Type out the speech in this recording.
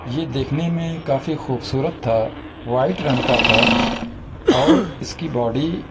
یہ دیکھنے میں کافی خوبصورت تھا وائٹ رنگ کا تھا اور اس کی باڈی